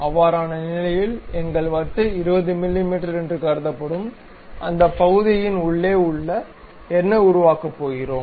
அவ்வாறான நிலையில் எங்கள் வட்டு 20 மிமீ என்று கருதப்படும் அந்த பகுதியின் உள்ளே என்ன உருவாக்கப் போகிறோம்